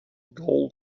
gold